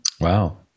Wow